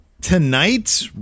Tonight